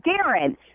Darren